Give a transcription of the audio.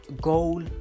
Goal